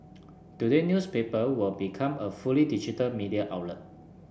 today newspaper will become a fully digital media outlet